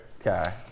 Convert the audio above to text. Okay